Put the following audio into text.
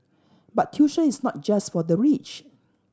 but tuition is not just for the rich